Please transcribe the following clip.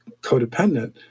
codependent